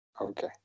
Okay